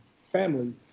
family